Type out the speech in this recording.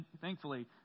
Thankfully